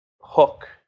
hook